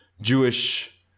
Jewish